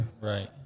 right